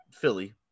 Philly